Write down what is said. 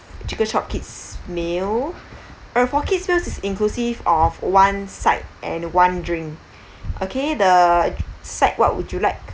chicken chop kids meal uh for kids meal is inclusive of one side and one drink okay the side what would you like